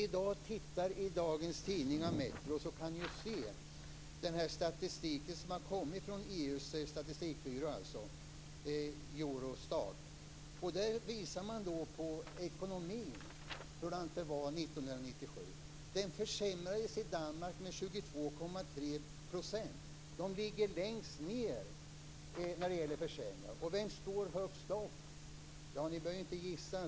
Om ni tittar i dagens Metro kan ni se den statistik som har kommit från EU:s statistikbyrå, Eurostat. Där visar man hur ekonomin var 1997. Den försämrades i Danmark med 22,3 %. De ligger längst ned på listan när det gäller försämringar. Vem står högst upp? Ni behöver inte gissa.